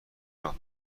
راه